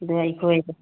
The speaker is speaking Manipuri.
ꯑꯗꯨ ꯑꯩꯈꯣꯏ